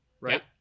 right